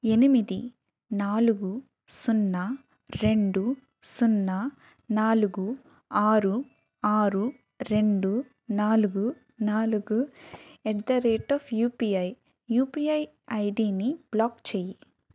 ఎనిమిది నాలుగు సున్నా రెండు సున్నా నాలుగు ఆరు ఆరు రెండు నాలుగు నాలుగు at the rate of UPI UPI ఐడిని బ్లాక్ చేయి